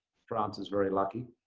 france is very lucky.